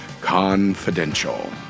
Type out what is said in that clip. Confidential